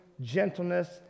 gentleness